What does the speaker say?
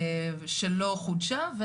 שלא חודשה.